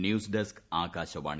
news desk Akashvani